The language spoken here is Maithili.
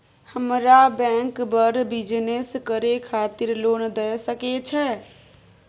हमरा बैंक बर बिजनेस करे खातिर लोन दय सके छै?